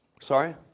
Sorry